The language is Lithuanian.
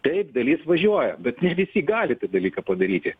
taip dalis važiuoja bet ne visi gali tą dalyką padaryti